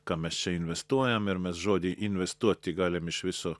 ką mes čia investuojam ir mes žodį investuoti galim iš viso